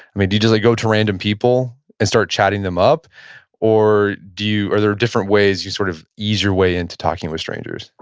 i mean, do you just like go to random people and start chatting them up or do you, are there different ways you sort of ease your way in to talking with strangers?